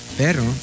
pero